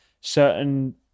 certain